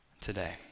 today